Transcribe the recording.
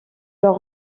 leur